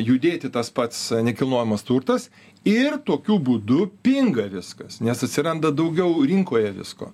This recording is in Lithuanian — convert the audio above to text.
judėti tas pats nekilnojamas turtas ir tokiu būdu pinga viskas nes atsiranda daugiau rinkoje visko